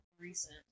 Recent